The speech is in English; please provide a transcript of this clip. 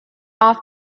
off